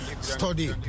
study